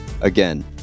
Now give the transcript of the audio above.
Again